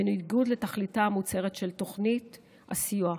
בניגוד לתכליתה המוצהרת של תוכנית הסיוע.